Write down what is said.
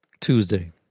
Tuesday